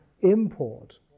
import